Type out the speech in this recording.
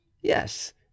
Yes